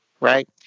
right